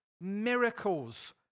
miracles